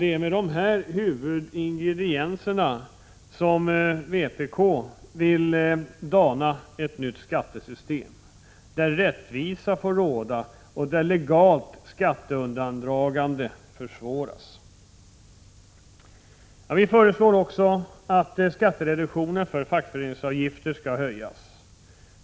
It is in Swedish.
Det är med dessa huvudingredienser som vpk vill dana ett nytt skattesystem, där rättvisa får råda och där legalt skatteundandragande försvåras. Vpk föreslår också att skattereduktionen för fackföreningsavgifter skall höjas.